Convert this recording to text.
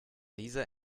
lisa